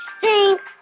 Thanks